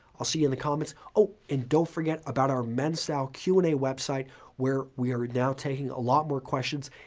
i'll see you in the comments. oh, and don't forget about our men's style q and a website where we are now taking a lot more questions.